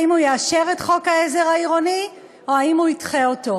האם הוא יאשר את חוק העזר העירוני או האם הוא ידחה אותו?